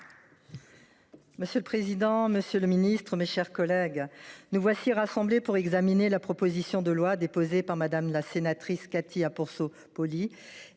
Monsieur le président, monsieur le garde des sceaux, mes chers collègues, nous voilà rassemblés pour examiner la proposition de loi déposée par Mme la sénatrice Cathy Apourceau Poly